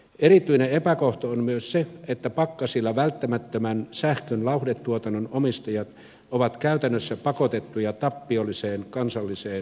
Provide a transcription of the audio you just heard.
erityinen epäkohta on myös se että pakkasilla välttämättömän sähkön lauhdetuotannon omistajat ovat käytännössä pakotettuja tappiolliseen kansalliseen hyväntekeväisyyteen